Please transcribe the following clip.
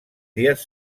dies